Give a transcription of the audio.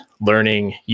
learning